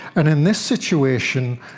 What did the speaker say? and in this situation,